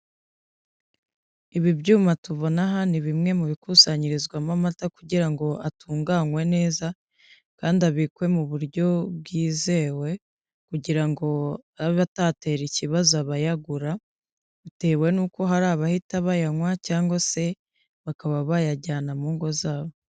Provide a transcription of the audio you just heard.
Ibi byuma tubona aha ni bimwe mu bikusanyirizwamo amata kugira ngo atunganwe neza, kandi abikwe mu buryo bwizewe kugira ngo abe atatera ikibazo abayagura bitewe n'uko hari abahita bayanywa cyangwa se bakaba bayajyana mu ngo zabo.